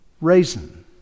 raisin